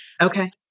Okay